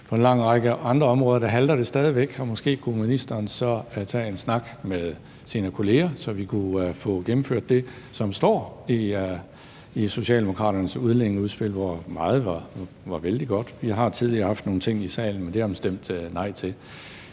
På en lang række andre områder halter det stadig væk, og måske kunne ministeren så tage en snak med sine kolleger, så vi kunne få gennemført det, som står i Socialdemokraternes udlændingeudspil, hvor meget er vældig godt. Vi har tidligere haft nogle ting i salen; dem har man stemt nej til.